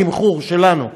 בתמחור שלנו,